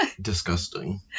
Disgusting